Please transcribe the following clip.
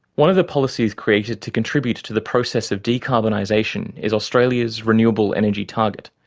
one of the policies created to contribute to the process of decarbonisation is australia's renewable energy target,